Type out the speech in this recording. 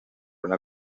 una